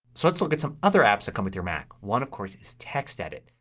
so let's look at some other apps that come with your mac. one, of course, is textedit.